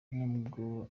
n’ubwo